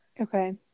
Okay